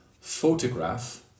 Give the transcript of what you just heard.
photograph